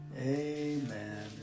Amen